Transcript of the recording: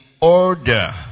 order